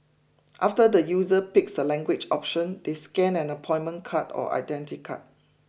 after the user picks a language option they scan an appointment card or identity card